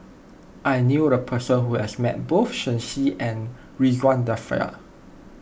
I knew a person who has met both Shen Xi and Ridzwan Dzafir